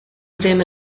ddim